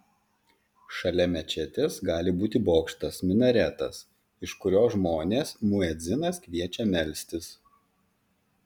šalia mečetės gali būti bokštas minaretas iš kurio žmones muedzinas kviečia melstis